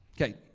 Okay